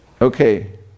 Okay